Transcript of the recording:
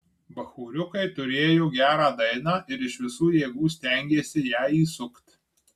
bachūriukai turėjo gerą dainą ir iš visų jėgų stengėsi ją įsukt